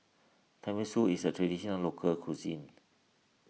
Tenmusu is a Traditional Local Cuisine